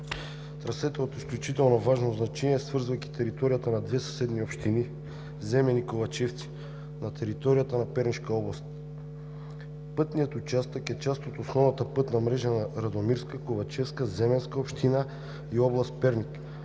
Трасето е от изключително важно значение, свързвайки територията на две съседни общини – Земен и Ковачевци, на територията на Пернишка област. Пътният участък е част от обходната пътна мрежа на Радомирска, Ковачевска, Земенска община и област Перник